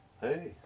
Hey